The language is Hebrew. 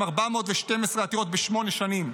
עם 412 עתירות בשמונה שנים,